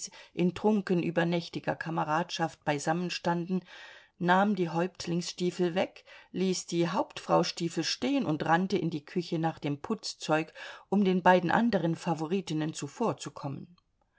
in trunken übernächtiger kameradschaft beisammenstanden nahm die häuptlingsstiefel weg ließ die hauptfraustiefel stehen und rannte in die küche nach dem putzzeug um den beiden anderen favoritinnen zuvorzukommen